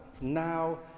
now